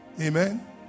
Amen